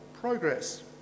progress